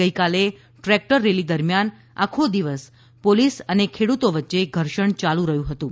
ગઇકાલે tractor rally દરમિયાન આખો દિવસ પોલીસ અને ખેડુતો વચ્ચે ઘર્ષણ ચાલુ રહયું હતું